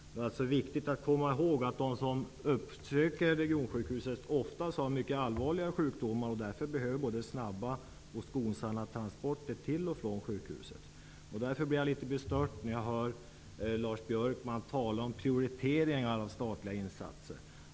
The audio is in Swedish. Det är viktigt att komma ihåg att de som uppsöker regionsjukhuset oftast har mycket allvarliga sjukdomar och därför behöver både snabba och skonsamma transporter till och från sjukhuset. Jag blev därför litet bestört när jag hörde Lars Björkman tala om prioriteringar av statliga insatser.